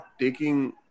taking